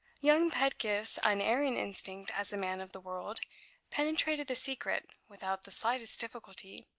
young pedgift's unerring instinct as a man of the world penetrated the secret without the slightest difficulty.